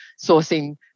sourcing